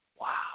Wow